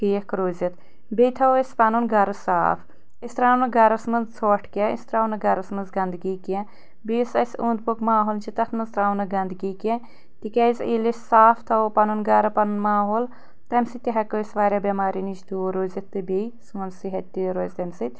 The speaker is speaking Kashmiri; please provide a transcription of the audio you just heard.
ٹھیٖک روٗزِتھ بیٚیہِ تھاوو أسۍ پنُن گرٕ صاف أسۍ ترٛاوو نہٕ گرس منٛز ژھۄٹھ کینٛہہ أسۍ ترٛاوو نہٕ گرس منٛز گنٛدگی کینٛہہ بیٚیہِ یُس اسہِ اوٚنٛد پوٚک ماحول چھ تتھ منٛز ترٛاوو نہٕ گندگی کینٛہہ تِکیٛازِ ییٚلہِ أسۍ صاف تھاوو پنُن گرٕ پنُن ماحول تیٚمہِ سۭتۍ تہِ ہٮ۪کو اسۍ واریاہ بٮ۪مارٮ۪و نِش دوٗر زوٗزِتھ تہٕ بیٚیہِ سون صحت تہِ روزِ تیٚمہِ سۭتۍ